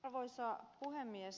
arvoisa puhemies